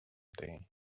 day